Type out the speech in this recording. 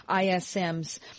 ISM's